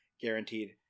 guaranteed